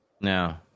No